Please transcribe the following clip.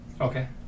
okay